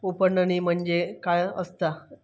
उफणणी म्हणजे काय असतां?